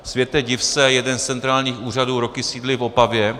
Světe, div se, jeden z centrálních úřadů roky sídlí v Opavě.